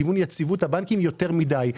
לכיוון יציבות הבנקים יותר מדי.